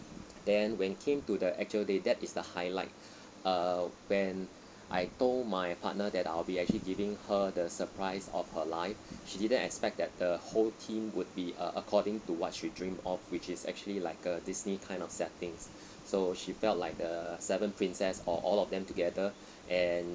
then when came to the actual day that is the highlight uh when I told my partner that I'll be actually giving her the surprise of her life she didn't expect that the whole theme would be uh according to what she dream of which is actually like a disney kind of settings so she felt like the seven princess or all of them together and